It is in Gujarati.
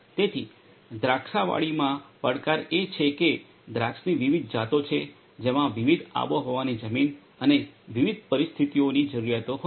તેથી દ્રાક્ષાવાડીમાં પડકાર એ છે કે દ્રાક્ષની વિવિધ જાતો છે જેમાં વિવિધ આબોહવાની જમીન અને વિવિધ પરિસ્થિતિઓની જરૂરિયાતો હોય છે